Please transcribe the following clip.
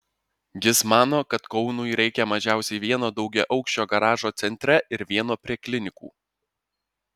jis mano kad kaunui reikia mažiausiai vieno daugiaaukščio garažo centre ir vieno prie klinikų